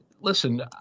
listen